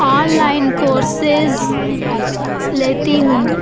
on line courses لیتی ہوں